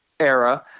Era